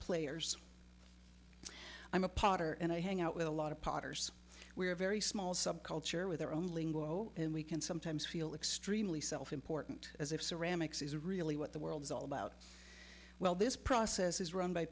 players i'm a potter and i hang out with a lot of potters we're a very small subculture with our own lingo and we can sometimes feel extremely self important as if ceramics is really what the world is all about well this process is run by